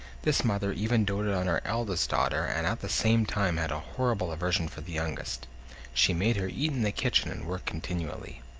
this mother even doted on her eldest daughter and at the same time had a horrible aversion for the youngest she made her eat in the kitchen and work continually.